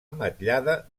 ametllada